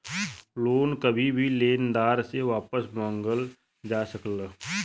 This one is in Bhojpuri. लोन कभी भी लेनदार से वापस मंगल जा सकला